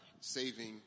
saving